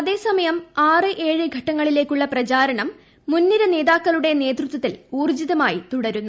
അതേസമയം ആറ് ഏഴ് ഘട്ടങ്ങ ളിലേക്കുള്ള പ്രചാരണം മുൻനിര നേതാക്കളുടെ നേതൃത്വത്തിൽ ഊർജ്ജിതമായി തുടരുന്നു